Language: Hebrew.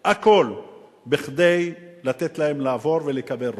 הכול כדי לתת להן לעבור ולקבל רוב,